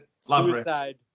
Suicide